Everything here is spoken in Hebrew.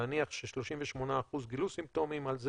להניח ש-38% גילו סימפטומים על זה